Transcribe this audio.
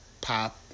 pop